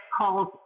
calls